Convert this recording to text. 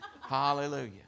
Hallelujah